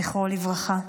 זכרו לברכה,